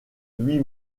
huit